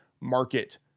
market